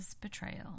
betrayal